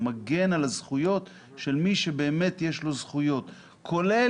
הוא מגן על הזכויות של מי שבאמת יש לו זכויות כולל